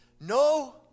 no